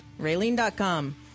Raylene.com